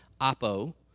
apo